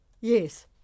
Yes